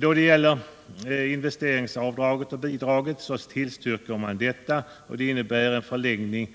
Då det gäller investeringsavdraget och bidraget tillstyrks en förlängning